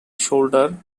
shoulder